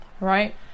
Right